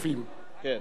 כל 1% מע"מ,